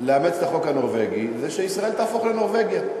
לאימוץ החוק הנורבגי, זה שישראל תהפוך לנורבגיה.